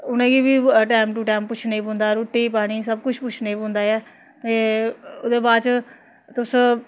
उ'नें गी बी टैम टू टैम पुच्छने पौंदा ऐ रुट्टी पानी सब कुछ पुच्छने पौंदा ऐ ते एह्दे बाद च तुस